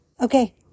Okay